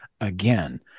again